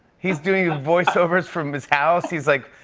he's doing ah voiceovers from his house, he's, like,